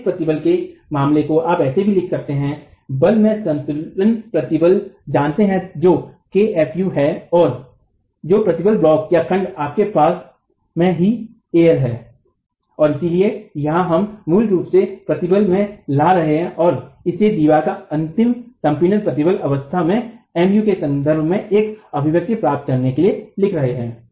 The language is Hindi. तो इस प्रतिबल के मामले को आप ऐसे भी लिख सकते है बल में संतुलन प्रतिबल जानते है जो kfu है और जो प्रतिबल ब्लाकखंड अपने आप में ही al है और इसलिए यहाँ हम मूल रूप से प्रतिबल में ला रहे हैं और इसे दीवार पर अंतिम संपीडन प्रतिबल अवस्था में Mu के संदर्भ में एक अभिव्यक्ति प्राप्त करने के लिए लिख रहे हैं